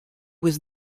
was